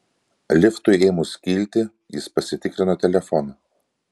liftui ėmus kilti jis pasitikrino telefoną